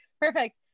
perfect